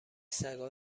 سگا